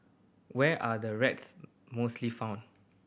where are the rats mostly found